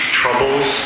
troubles